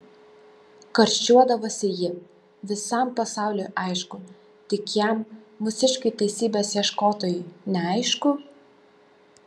karščiuodavosi ji visam pasauliui aišku tik jam mūsiškiui teisybės ieškotojui neaišku